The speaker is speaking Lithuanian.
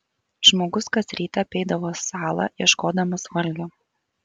žmogus kas rytą apeidavo salą ieškodamas valgio